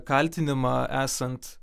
kaltinimą esant